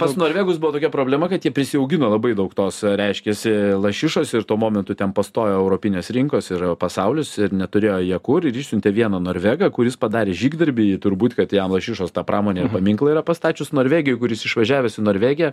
pas norvegus buvo tokia problema kad jie prisiaugino labai daug tos reiškiasi lašišos ir tuo momentu ten pastojo europinės rinkos ir pasaulis ir neturėjo jie kur ir išsiuntė vieną norvegą kuris padarė žygdarbį turbūt kad jam lašišos ta pramonė ir paminklą yra pastačius norvegijoj kuris išvažiavęs į norvegiją